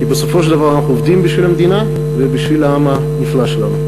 כי בסופו של דבר אנחנו עובדים בשביל המדינה ובשביל העם הנפלא שלנו.